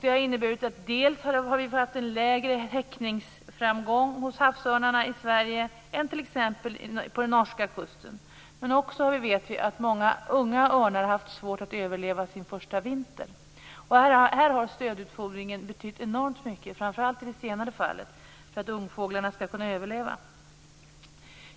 Det har inneburit en mindre häckningsframgång hos havsörnarna i Sverige än t.ex. hos havsörnarna på den norska kusten. Vi vet också att många unga örnar har haft svårt att överleva sin första vinter. Stödutfodringen har betytt enormt mycket, inte minst för att ungfåglarna skall kunna överleva.